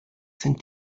sind